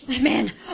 Man